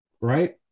Right